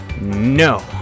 no